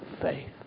faith